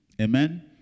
Amen